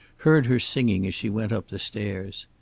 heard her singing as she went up the stairs.